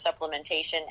supplementation